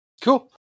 cool